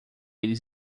eles